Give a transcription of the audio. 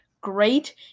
great